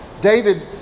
David